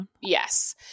Yes